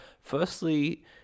Firstly